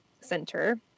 center